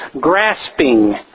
grasping